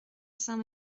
saint